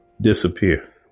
disappear